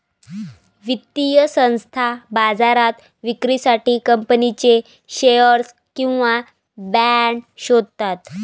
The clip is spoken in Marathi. वित्तीय संस्था बाजारात विक्रीसाठी कंपनीचे शेअर्स किंवा बाँड शोधतात